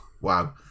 wow